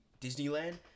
Disneyland